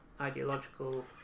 ideological